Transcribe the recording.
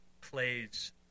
plays